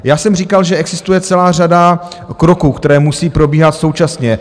Já jsem říkal, že existuje celá řada kroků, které musí probíhat současně.